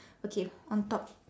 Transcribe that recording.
okay on top